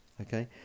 okay